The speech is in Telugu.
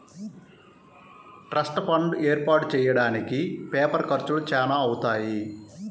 ట్రస్ట్ ఫండ్ ఏర్పాటు చెయ్యడానికి పేపర్ ఖర్చులు చానా అవుతాయి